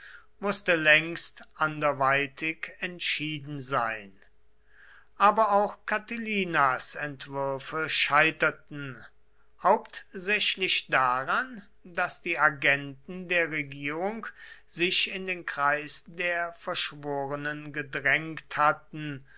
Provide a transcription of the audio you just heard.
mußte längst anderweitig entschieden sein aber auch catilinas entwürfe scheiterten hauptsächlich daran daß die agenten der regierung sich in den kreis der verschworenen gedrängt hatten